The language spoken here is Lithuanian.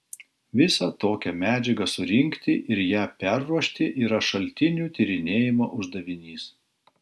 visą tokią medžiagą surinkti ir ją perruošti yra šaltinių tyrinėjimo uždavinys